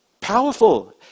Powerful